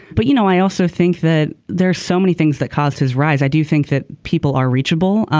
but you know i also think that there's so many things that caused his rise. i do think that people are reachable.